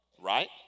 right